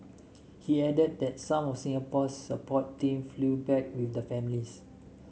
he added that some of Singapore's support team flew back with the families